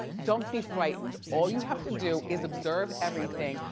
don't be frightened, all you have to do is observe everything,